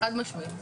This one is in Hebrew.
חד משמעית.